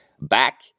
back